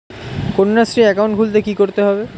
Kanyashree account খুলতে কী করতে হবে?